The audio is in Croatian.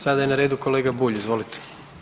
Sada je na radu kolega Bulj, izvolite.